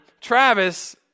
Travis